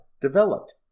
developed